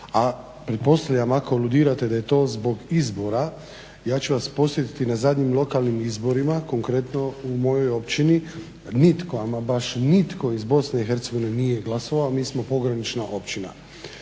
a pretpostavljam ako aludirate da je to zbog izbora. Ja ću vas podsjetiti na zadnjim lokalnim izborima konkretno u mojoj općini nitko, ama baš nitko iz BiH nije glasovao, mi smo pogranična općina.